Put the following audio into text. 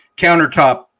countertop